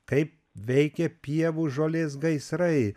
kaip veikia pievų žolės gaisrai